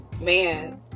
Man